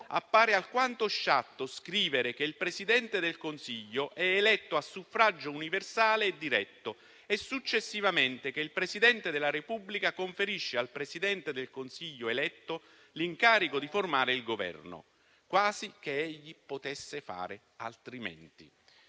sempre nel nuovo articolo 92 che il Presidente del Consiglio è eletto a suffragio universale e diretto (...)" e successivamente che "il Presidente della Repubblica conferisce al Presidente del Consiglio eletto l'incarico di formare il Governo (...) quasi che egli potesse fare altrimenti"».